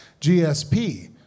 GSP